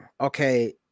Okay